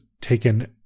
taken